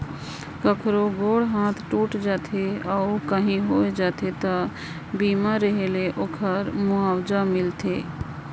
कखरो गोड़ हाथ टूट जाथे अउ काही होय जाथे त बीमा रेहे ले ओखर मुआवजा मिलथे